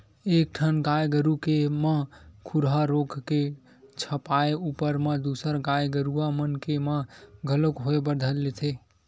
एक ठन गाय गरु के म खुरहा रोग के छपाय ऊपर म दूसर गाय गरुवा मन के म घलोक होय बर धर लेथे